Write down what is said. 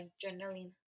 journaling